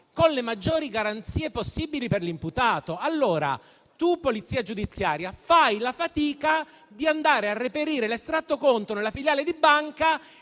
con le maggiori garanzie possibili per l'imputato. Allora tu, Polizia giudiziaria, fai la fatica di andare a reperire l'estratto conto nella filiale di banca